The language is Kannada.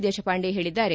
ದೇಶಪಾಂಡೆ ಹೇಳಿದ್ದಾರೆ